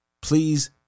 Please